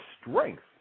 strength